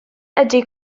ydy